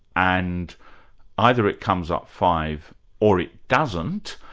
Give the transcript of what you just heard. and either it comes up five or it doesn't,